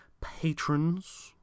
patrons